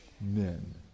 men